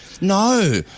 No